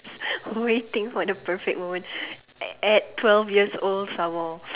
waiting for the perfect moment at twelve years some more